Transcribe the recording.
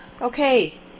okay